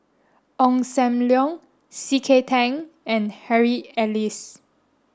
Ong Sam Leong C K Tang and Harry Elias